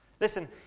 Listen